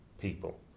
people